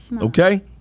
Okay